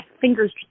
fingers